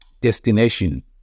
destination